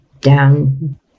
down